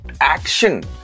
action